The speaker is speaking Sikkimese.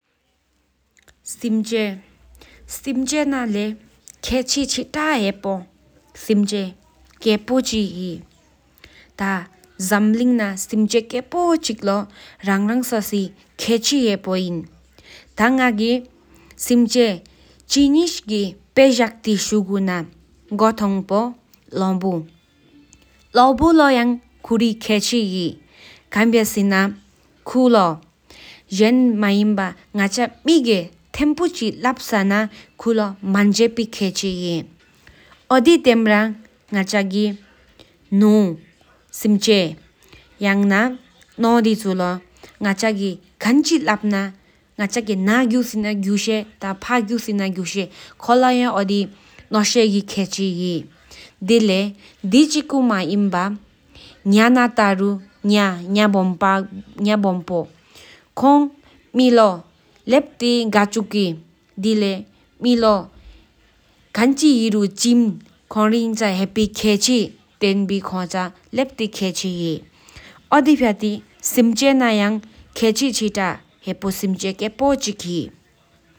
སེམས་ཅན་ན་ལས་ཁེ་ཆི་ཆི་དྲས་སེམས་ཅན་ཁེ་པོ་ཆི་ཧེ། ཐ་འཇམ་གླིང་ན་སེམས་ཅན་ཁེ་པོ་ཆི་བློ་རང་རག་སོ་སི་ཁེ་ཆི་ཧེ་པོ་ཨིན་ཐ་ང་གི་སེམས་ཅན་ཆི་ངེ་གི་དཔལ་བཀྲིས་ཤུགས་ན་གོ་ཐང་པོ་ནོ་བོ་ནོ་བོ་བློ་ཁུ་རི་ཁེ་ཆི་ཧེ། ཁན་བྱ་སེ་ན་ང་ཅ་མེ་གཡེ་ཐེ་བོ་ཆི་ལབ་ས་ན་ཁུ་བློ་མན་ཇེ་བི་ཁེ་ཆི་ཧེ། ཝོ་དི་ཐེམ་ར་ང་ཅ་གི་ནུ་སེམས་ཅན་ཁོང་ལོ་ཡ་ང་ཅ་གི་ན་གཡུ་སེ་ན་གཡ་ཞེ་མས་ཀི་སེ་ན་གཡ་ཞེ་ཁོང་ལོ་ཡ་ནོ་ཞེ་གི་ཁེ་ཆི་ཧེ་དེ་ལེགས་དུ་སི་ཆི་བཙའ་མས་དུ་ཆི་ཁོང་ལོ་ཁེ་ཆི་ཁན་ཧེ་སེ་ན་ཁོང་གི་མེ་ལོ་ལེདྷྥ་ག་ཅུ་གི་ཝོ་དེ་མཁེ་ཆི་ཧེ་ཧེ། ཝོ་དི་ཐེམ་ར་འཇམ་གླིང་ན་ཧེ་པི་སེམ་ཅ་ཐམས་ཅག་བློ་རང་རང་དོས་ཀི་ཁེ་ཆི་ཧེ་པོ་ཨིན།